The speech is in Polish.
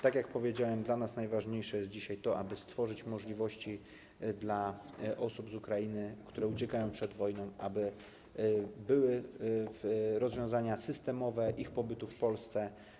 Tak jak powiedziałem, dla nas najważniejsze jest dzisiaj to, aby stworzyć możliwości dla osób z Ukrainy, które uciekają przed wojną, aby były rozwiązania systemowe w zakresie ich pobytu w Polsce.